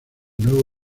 nuevo